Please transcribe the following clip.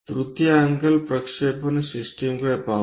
तृतीय अँगल प्रक्षेपण सिस्टमकडे पाहू